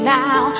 now